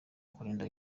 kurinda